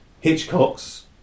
Hitchcock's